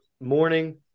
morning